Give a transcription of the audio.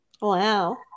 Wow